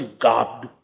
God